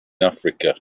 africa